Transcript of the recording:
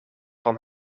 van